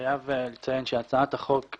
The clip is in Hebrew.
בדקנו את צורכי